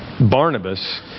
Barnabas